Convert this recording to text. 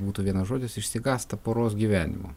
būtų vienas žodis išsigąsta poros gyvenimo